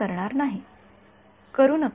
विद्यार्थी हो करू नका